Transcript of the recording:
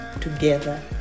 together